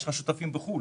יש לך שותפים בחו"ל.